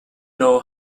know